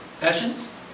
Passions